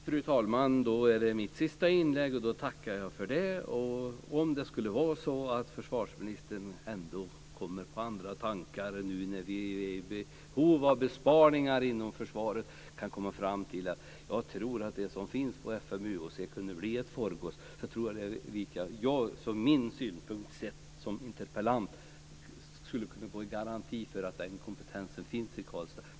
Fru talman! Jag tackar för det. Om det skulle vara så att försvarsministern ändå kommer på andra tankar, nu när vi är i behov av besparingar inom försvaret, och kommer fram till att det som finns på FMUHC kan bli ett Forgus, skulle jag som interpellant kunna garantera att den kompetensen finns i Karlstad.